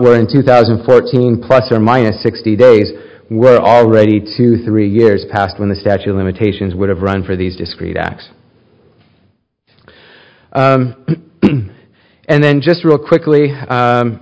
we're in two thousand and fourteen plus or minus sixty days we're already two three years past when the statute of limitations would have run for these discrete acts and then just real quickly